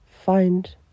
find